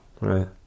right